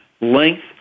length